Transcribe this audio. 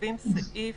כותבים סעיף